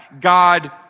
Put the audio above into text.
God